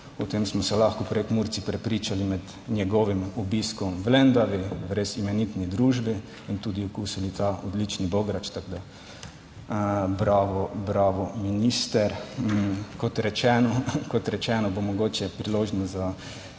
O tem smo se lahko Prekmurci prepričali med njegovim obiskom v Lendavi v res imenitni družbi in tudi okusili ta odlični bograč. Tako da, bravo, bravo, minister. Kot rečeno, kot rečeno, bo mogoče priložnost za